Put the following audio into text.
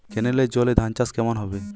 কেনেলের জলে ধানচাষ কেমন হবে?